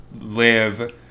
live